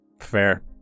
Fair